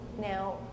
Now